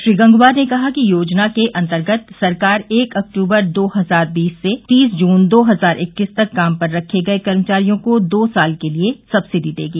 श्री गंगवार ने कहा कि योजना के अंतर्गत सरकार एक अक्तूबर दो हजार बीस से तीस जून दो हजार इक्कीस तक काम पर रखे गए कर्मचारियों को दो साल के लिए सब्सिडी देगी